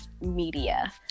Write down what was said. media